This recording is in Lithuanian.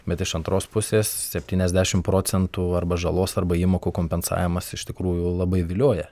bet iš antros pusės septyniasdešimt procentų arba žalos arba įmokų kompensavimas iš tikrųjų labai vilioja